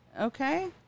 okay